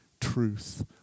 truth